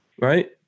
right